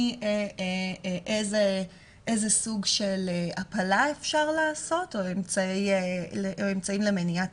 מאיזה סוג של הפלה אפשר לעשות או אמצעים למניעת